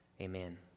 Amen